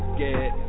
get